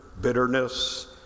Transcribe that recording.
bitterness